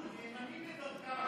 הנאמנים לדרכם.